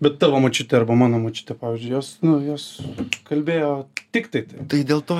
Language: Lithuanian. bet tavo močiutė arba mano močiutė pavyzdžiui jos nu jos kalbėjo tiktai tai dėl to